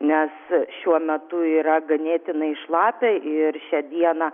nes šiuo metu yra ganėtinai šlapia ir šią dieną